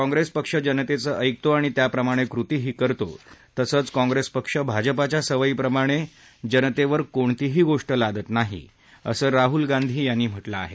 काँग्रेस पक्ष जनतेचं ऐकतो आणि त्याप्रमाणे कृतीही करतो तसंच काँग्रेस पक्ष भाजपाच्या सवयीप्रमाणे काँग्रेस पक्ष जनेतेवर कोणतीही गोष्ट लादत नाही असं राहुल गांधी यांनी म्हटलं आहे